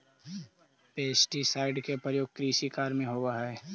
pesticide के प्रयोग कृषि कार्य में होवऽ हई